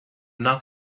not